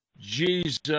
Jesus